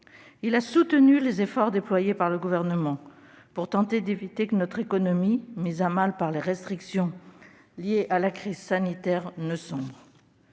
Il a soutenu les efforts déployés par le Gouvernement pour tenter d'éviter que notre économie, mise à mal par les restrictions liées à la crise sanitaire, ne sombre.